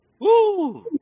Woo